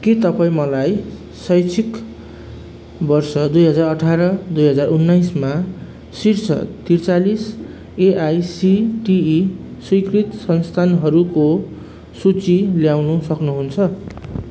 के तपाईँँ मलाई शैक्षिक वर्ष दुई हजार अठाह्र दुई हजार उन्नाइसमा शीर्ष त्रिचालिस एआइसिटिई स्वीकृत संस्थानहरूको सूची ल्याउन सक्नुहुन्छ